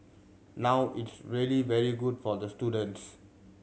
now it's really very good for the students